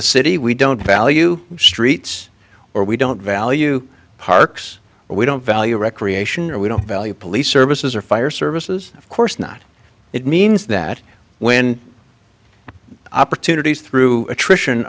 a city we don't value streets or we don't value parks or we don't value recreation or we don't value police services or fire services of course not it means that when opportunities through attrition